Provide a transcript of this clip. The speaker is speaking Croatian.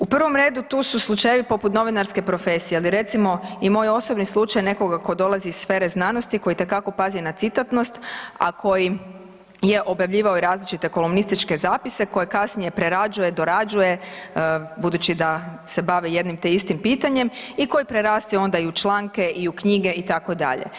U prvom redu tu su slučajevi poput novinarske profesije, ali recimo i moj osobni slučaj nekoga tko dolazi iz sfere znanosti, koji itekako pazi na citatnost, a koji je objavljivao i različite kolumnističke zapise koje kasnije prerađuje, dorađuje budući da se bave jednim te istim pitanjem i koji preraste onda i u članke i u knjige itd.